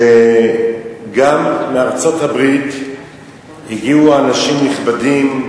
שגם מארצות-הברית הגיעו אנשים נכבדים,